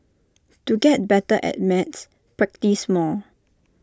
to get better at maths practise more